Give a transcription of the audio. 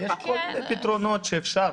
יש כל מיני פתרונות שאפשר.